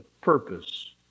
purpose